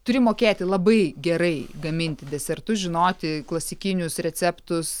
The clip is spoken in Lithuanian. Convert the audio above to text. turi mokėti labai gerai gaminti desertus žinoti klasikinius receptus